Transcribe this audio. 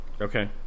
Okay